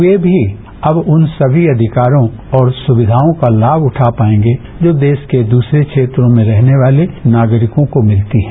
वे भी अब उन सभी अधिकारों और सुविधाओं का लाभ उठा पाएगे जो देश के दूसरे क्षेत्रों में रहने वाले नागरिकों को मिलती हैं